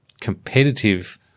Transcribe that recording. Competitive